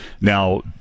now